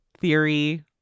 theory